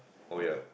oh ya